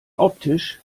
optisch